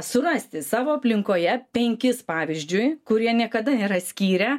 surasti savo aplinkoje penkis pavyzdžiui kurie niekada nėra skyrę